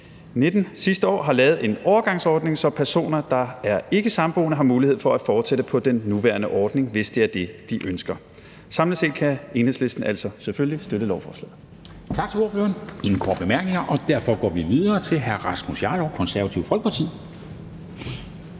2019, sidste år, har lavet en overgangsordning, så personer, der er ikkesamboende, har mulighed for at fortsætte på den nuværende ordning, hvis det er det, de ønsker. Samlet set kan Enhedslisten altså selvfølgelig støtte lovforslaget.